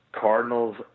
Cardinals